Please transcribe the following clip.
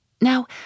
Now